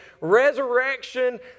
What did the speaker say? resurrection